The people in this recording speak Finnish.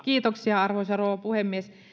kiitoksia arvoisa rouva puhemies